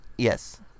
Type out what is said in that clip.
Yes